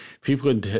people